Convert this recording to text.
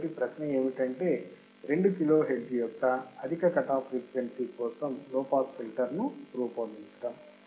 కాబట్టి ప్రశ్న ఏమిటంటే 2 కిలోహెర్ట్జ్ యొక్క అధిక కట్ ఆఫ్ ఫ్రీక్వెన్సీ కోసం లో పాస్ ఫిల్టర్ను రూపొందించటం